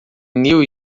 new